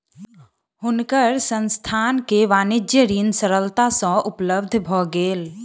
हुनकर संस्थान के वाणिज्य ऋण सरलता सँ उपलब्ध भ गेल